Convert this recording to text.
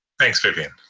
thanks vivian.